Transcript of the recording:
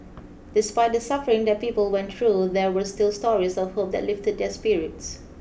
despite the suffering that people went through there were still stories of hope that lifted their spirits